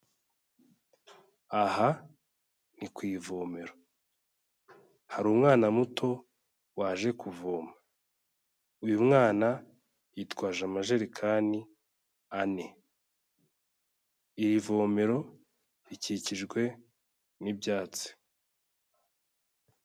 Aha ni ku ivomero, hari umwana muto waje kuvoma, uyu mwana yitwaje amajerekani ane iri vomero rikikijwe n'ibyatsi.